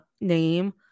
name